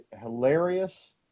hilarious